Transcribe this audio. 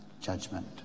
judgment